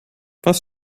was